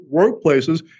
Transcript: workplaces